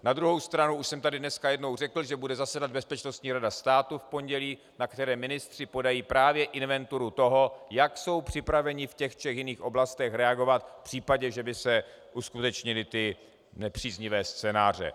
Na druhou stranu už jsem tady dneska jednou řekl, že bude zasedat Bezpečnostní rada státu v pondělí, na které ministři podají právě inventuru toho, jak jsou připraveni v těch třech jiných oblastech reagovat v případě, že by se uskutečnily ty nepříznivé scénáře.